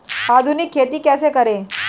आधुनिक खेती कैसे करें?